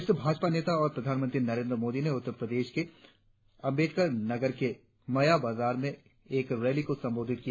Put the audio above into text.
वरिष्ठ भाजपा नेता और प्रधानमंत्री नरेंद्र मोदी ने उत्तरप्रदेश के अम्बेडकर नगर के मया बाजार में एक रैली को संबोधित किया